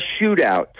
shootout